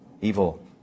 evil